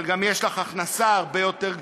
אבל יש לך גם הכנסה הרבה יותר גדולה.